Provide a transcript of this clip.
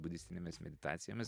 budistinėmis meditacijomis